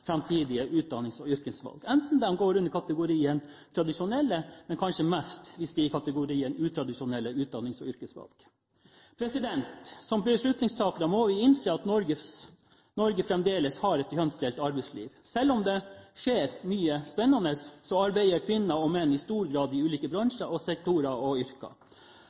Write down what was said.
framtidige utdannings- og yrkesvalg, enten de går innunder kategorien tradisjonelle, eller – og kanskje mest da – kategorien utradisjonelle utdannings- og yrkesvalg. Som beslutningstakere må vi innse at Norge fremdeles har et kjønnsdelt arbeidsliv. Selv om det skjer mye spennende, arbeider kvinner og menn i stor grad i ulike bransjer, sektorer og yrker.